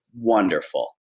wonderful